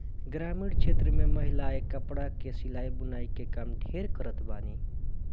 ग्रामीण क्षेत्र में महिलायें कपड़ा कअ सिलाई बुनाई के काम ढेर करत बानी